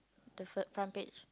the first front page